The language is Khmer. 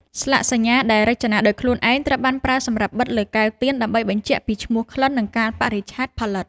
ស្លាកសញ្ញា ដែលរចនាដោយខ្លួនឯង ត្រូវបានប្រើសម្រាប់បិទលើកែវទៀនដើម្បីបញ្ជាក់ពីឈ្មោះក្លិន និងកាលបរិច្ឆេទផលិត។